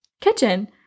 kitchen